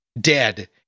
dead